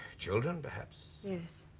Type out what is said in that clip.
children perhaps? yes